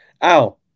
Ow